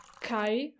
Kai